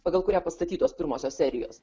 pagal kurią pastatytos pirmosios serijos